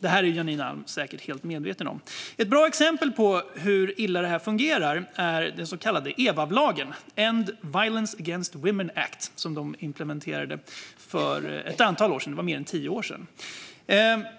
Det här är Janine Alm Ericson säkert helt medveten om. Ett bra exempel på hur illa det här fungerar är den så kallade EVAW-lagen - Elimination of Violence Against Women Law - som de implementerade för mer än tio år sedan.